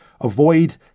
avoid